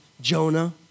Jonah